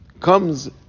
comes